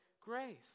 grace